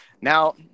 Now